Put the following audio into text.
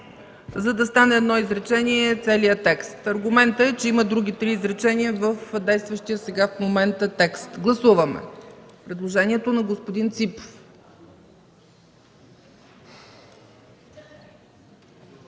текст като едно изречение. Аргументът е, че има други три изречения в действащия в момента текст. Гласуваме предложението на господин Ципов.